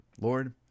Lord